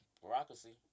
bureaucracy